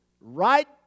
right